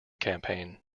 campaign